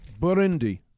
Burundi